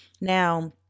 Now